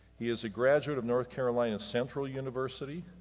he is a graduate of north carolina central university,